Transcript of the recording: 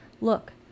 look